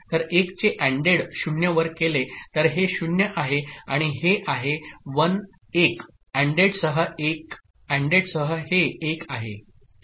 तर 1 चे ANDड 0 वर केले तर हे 0 आहे आणि हे आहे 1 ANDड सह हे 1 आहे ठीक